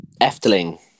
Efteling